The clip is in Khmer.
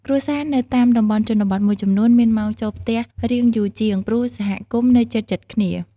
គ្រួសារនៅតាមតំបន់ជនបទមួយចំនួនមានម៉ោងចូលផ្ទះរាងយូរជាង ព្រោះសហគមន៍នៅជិតៗគ្នា។